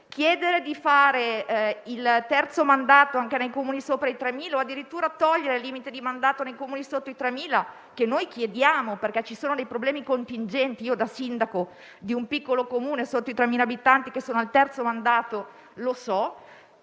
Chiedere di fare il terzo mandato anche nei Comuni con più di 3.000 abitanti o addirittura togliere il limite di mandato nei Comuni con meno di 3.000 abitanti, come noi chiediamo perché ci sono dei problemi contingenti (io da sindaco di un piccolo Comune sotto i 3.000 abitanti sono al terzo mandato e lo so),